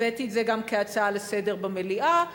הבאתי את זה גם כהצעה לסדר-היום במליאה,